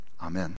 Amen